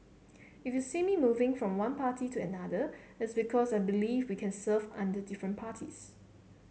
if you see me moving from one party to another it's because I believe we can serve under different parties